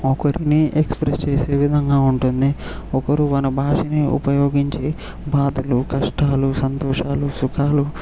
ఒకరిని ఎక్స్ప్రెస్ చేసే విధంగా ఉంటుంది ఒకరు మన భాషని ఉపయోగించి బాధలు కష్టాలు సంతోషాలు సుఖాలు